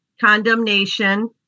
condemnation